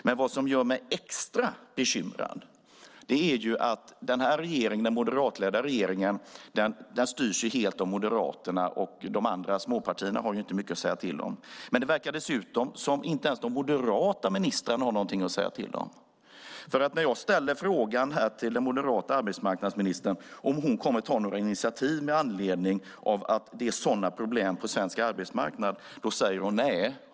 Men vad som gör mig extra bekymrad är att i den moderatledda regeringen - den styrs ju helt av Moderaterna, och småpartierna har inte mycket att säga till om - verkar inte ens de moderata ministrarna ha någonting att säga till om. När jag ställer frågan till den moderata arbetsmarknadsministern om hon kommer att ta några initiativ med anledning av att det är sådana problem på svensk arbetsmarknad säger hon nej.